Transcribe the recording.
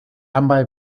ambas